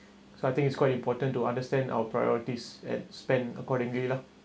so I think it's quite important to understand our priorities and spend accordingly lah